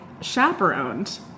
chaperoned